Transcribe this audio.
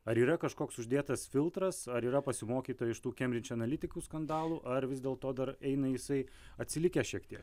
ar yra kažkoks uždėtas filtras ar yra pasimokyta iš tų kembridž analitikų skandalų ar vis dėlto dar eina jisai atsilikęs šiek tiek